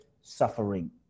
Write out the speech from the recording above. suffering